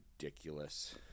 ridiculous